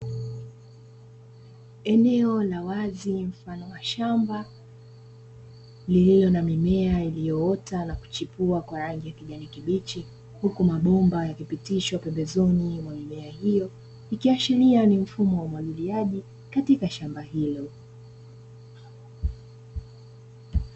Eneo la wazi mfano wa shamba lililo na mimea iliyoota na kuchipua kwa rangi ya kijani kibichi, huku mabomba yakipitishwa pembezoni mwa mimea hiyo ikiashiria mifumo ya umwagiliaji katika shamba hilo.